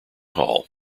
hall